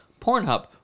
Pornhub